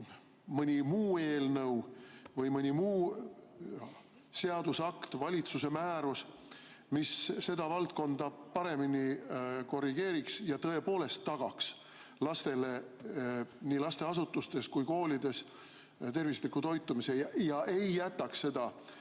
mõni muu eelnõu või mõni muu seadusakt, näiteks valitsuse määrus, mis seda valdkonda paremini korrigeeriks ja tõepoolest tagaks lastele nii lasteasutustes kui ka koolides tervisliku toitumise ja ei jätaks seda